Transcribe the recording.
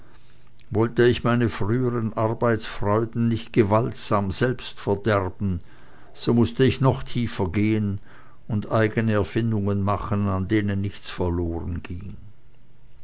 wollte ich meine früheren arbeitsfreuden nicht gewaltsam selbst verderben so mußte ich noch tiefer gehen und eigene erfindungen machen an denen nichts